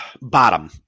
bottom